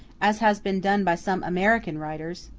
as has been done by some american writers!